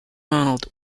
ronald